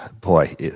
boy